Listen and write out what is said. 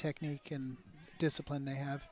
technique and discipline they have